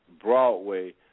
Broadway